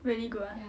really good ah